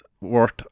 worth